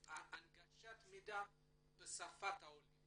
שתהיה הנגשת מידע בשפתם של העולים